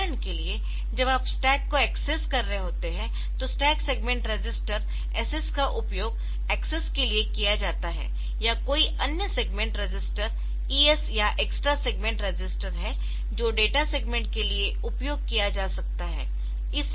उदाहरण के लिए जब आप स्टैक को एक्सेस कर रहे होते है तो स्टैक सेगमेंट रजिस्टर SS का उपयोग एक्सेस के लिए किया जाता है या कोई अन्य सेगमेंट रजिस्टर ES या एक्स्ट्रा सेगमेंट रजिस्टर है जो डेटा सेगमेंट के लिए उपयोग किया जा सकता है